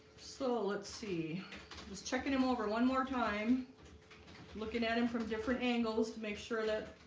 so, let's see just checking him over one more time looking at him from different angles to make sure that